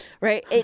right